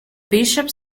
bishop